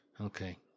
Okay